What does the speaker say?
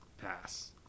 pass